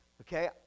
Okay